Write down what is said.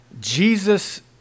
Jesus